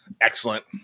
Excellent